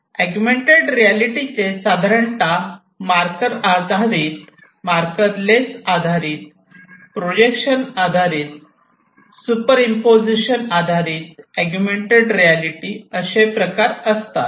augmented रियालिटीचे साधारणतः मार्करआधारित मार्कर लेस आधारित प्रोजेक्शन आधारित सुपरिंपोझिशन आधारित अगुमेन्टेड रियालिटी असे प्रकार असतात